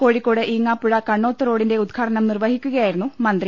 കോഴിക്കോട് ഈങ്ങാപ്പുഴ കണ്ണോത്ത് റോഡിന്റെ ഉദ്ഘാടനം നിർവഹിക്കുകയായിരുന്നു മന്ത്രി